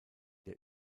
der